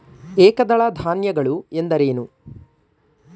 ಏಕದಳ ಧಾನ್ಯಗಳು ಎಂದರೇನು?